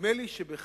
נדמה לי שבכך